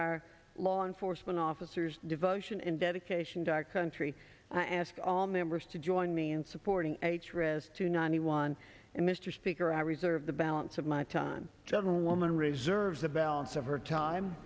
our law enforcement officers devotion and dedication to our country i ask all members to join me in supporting actress to ninety one and mr speaker i reserve the balance of my time gentleman reserves the balance of her time